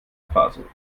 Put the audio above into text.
faso